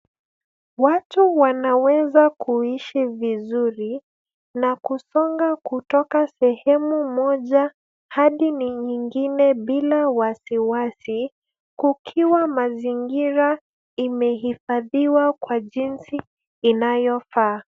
Watu wanaweza kuishi vizuri, na kusonga kutoka sehemu moja hadi nyingine bila wasiwasi ,kukiwa mazingira imehifadhiwa kwa jinsi inavyofaa.